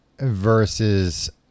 versus